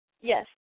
Yes